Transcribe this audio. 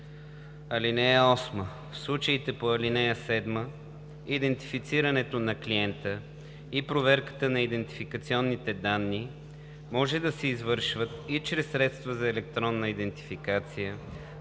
ал. 8: „(8) В случаите по ал. 7 идентифицирането на клиента и проверката на идентификационните данни може да се извършват и чрез средства за електронна идентификация,